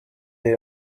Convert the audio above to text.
iyi